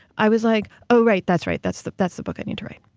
i was like, oh right, that's right, that's the that's the book i need to write.